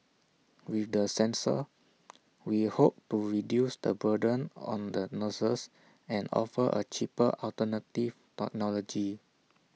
with the sensor we hope to reduce the burden on the nurses and offer A cheaper alternative technology